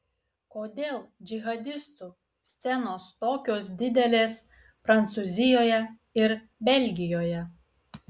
kodėl džihadistų scenos tokios didelės prancūzijoje ir belgijoje